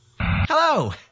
Hello